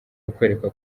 kukwereka